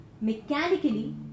mechanically